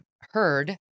heard